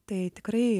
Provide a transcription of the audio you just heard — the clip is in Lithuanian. tai tikrai